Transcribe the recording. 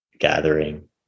Gathering